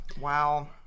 Wow